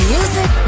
Music